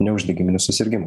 neuždegiminių susirgimų